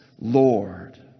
Lord